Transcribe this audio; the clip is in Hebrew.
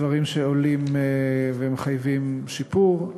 דברים שעולים ומחייבים שיפור,